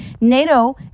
NATO